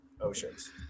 oceans